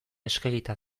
eskegita